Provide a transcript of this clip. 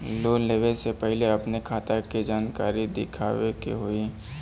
Loan लेवे से पहिले अपने खाता के जानकारी दिखावे के होई?